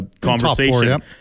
conversation